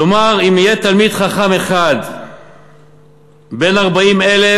לומר, אם יהיה תלמיד חכם אחד בין 40,000,